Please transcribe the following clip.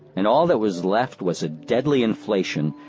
and all that was left was a deadly inflation,